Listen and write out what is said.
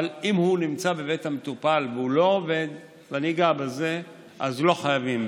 אבל אם הוא נמצא בבית המטופל והוא לא עובד אז לא חייבים.